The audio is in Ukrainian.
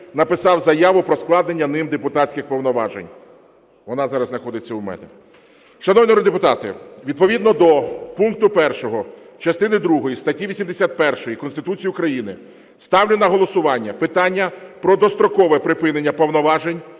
написав заяву про складення ним депутатських повноважень, вона зараз знаходиться у мене. Шановні народні депутати, відповідно до пункту 1 частини другої статті 81 Конституції України ставлю на голосування питання про дострокове припинення повноважень